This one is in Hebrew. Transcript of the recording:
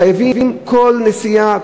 חייבים כל נסיעה,